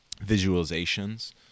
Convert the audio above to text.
visualizations